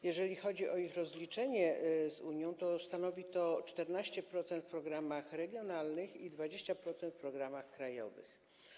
Jeżeli chodzi o ich rozliczenie z Unią, to stanowi to 14% w programach regionalnych i 20% w programach krajowych.